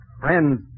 Friends